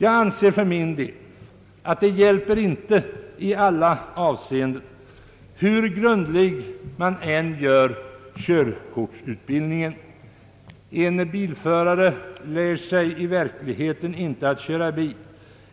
Jag anser för min del att det inte hjälper i alla avseenden, hur grundlig körkortsutbildningen än görs. En bilförare lär sig i verkligheten inte att köra bil